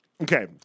okay